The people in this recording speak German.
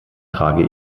trage